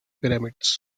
pyramids